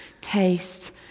taste